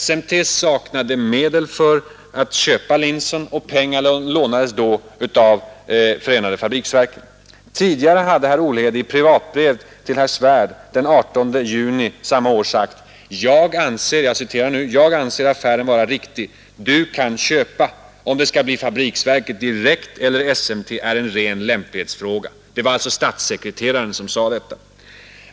SMT saknade medel för att köpa Linson Instrument AB, och pengarna lånades då av försvarets fabriksverk. Tidigare hade herr Olhede i privat brev till herr Svärd — i juni samma år — sagt: ”Jag anser affären vara riktig. Du kan köpa. Om det skall bli fabriksverket direkt eller SMT är en ren lämplighetsfråga.” Det var alltså statssekreteraren som sade detta.